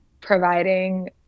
providing